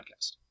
podcast